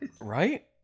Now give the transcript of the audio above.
Right